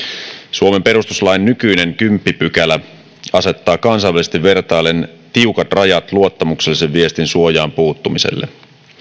suomen perustuslain nykyinen kymmenes pykälä asettaa kansainvälisesti vertaillen tiukat rajat luottamuksellisen viestin suojaan puuttumiselle